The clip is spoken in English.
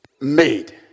made